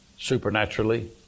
supernaturally